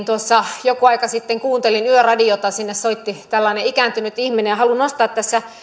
tuossa joku aika sitten kuuntelin yöradiota sinne soitti tällainen ikääntynyt ihminen ja haluan nostaa tässä